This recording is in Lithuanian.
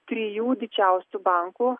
trijų didžiausių bankų